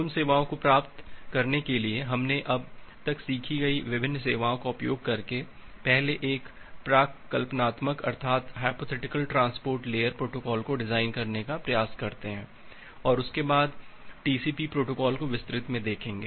उन सेवाओं को प्राप्त करने के लिए हमने अब तक सीखी गई विभिन्न सेवाओं का उपयोग करके पहले एक प्राक्कल्पनात्मक अर्थात ह्य्पोथेटिकल ट्रांसपोर्ट लेयर प्रोटोकॉल को डिज़ाइन करने का प्रयास करतें हैं और उसके बाद टीसीपी प्रोटोकॉल को विस्तृत में देखेंगें